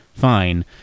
fine